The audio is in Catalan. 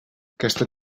aquesta